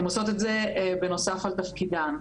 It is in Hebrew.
הן עושות את זה בנוסף על תפקידן השוטף.